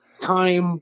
Time